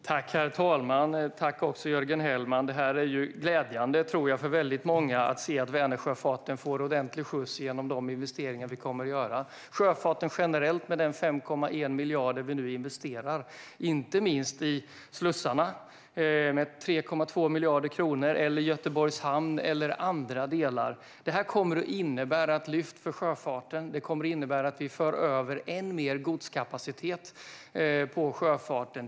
Herr talman! Tack för frågan, Jörgen Hellman! Jag tror att det gläder väldigt många att Vänersjöfarten får ordentlig skjuts genom de investeringar på 5,1 miljarder som vi kommer att göra i sjöfarten generellt. Vi investerar inte minst i slussarna - med 3,2 miljarder kronor - i Göteborgs hamn och andra delar. Det kommer att innebära ett lyft för sjöfarten. Det kommer att innebära att vi för över än mer godskapacitet på sjöfarten.